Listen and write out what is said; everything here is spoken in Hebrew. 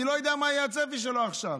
אני לא יודע מה יהיה הצפי שלו עכשיו.